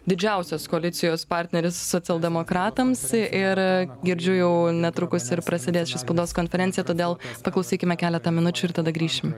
didžiausias koalicijos partneris socialdemokratams ir girdžiu jau netrukus ir prasidės spaudos ši konferencija todėl paklausykime keletą minučių ir tada grįšim